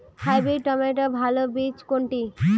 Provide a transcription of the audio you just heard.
Hybrid টমেটোর ভালো বীজ কোনটি?